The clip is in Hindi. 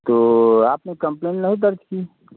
तो आपने कंप्लेन नहीं दर्ज की